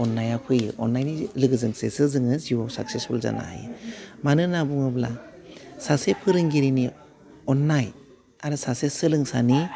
अननाया फैयो अननायनि लोगोजोंसेसो जोङो जिउआव साखसेसफुल जानो हायो मानो होनना बुङोब्ला सासे फोरोंगिरिनि अननाय आरो सासे सोलोंसानि